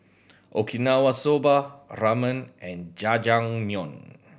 Okinawa Soba Ramen and Jajangmyeon